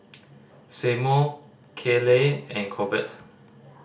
Seymour Kayley and Corbett